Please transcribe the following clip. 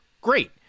great